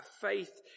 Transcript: Faith